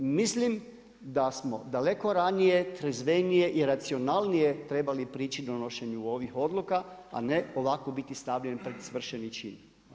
Mislim da smo daleko ranije, trezvenije i racionalnije trebali prići u donošenju ovih odluka, a ne ovako biti stavljen pred svršeni čin.